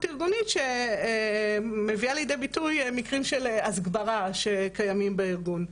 ארגונית שמביאה לידי ביטוי מקרים של הסגברה שקיימים בארגון.